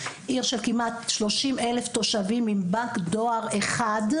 עיר של כמעט 30,000 תושבים עם בנק דואר אחד,